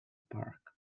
park